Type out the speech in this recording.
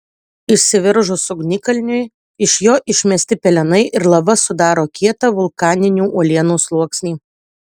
išsiveržus ugnikalniui iš jo išmesti pelenai ir lava sudaro kietą vulkaninių uolienų sluoksnį